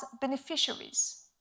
beneficiaries